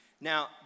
Now